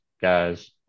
guys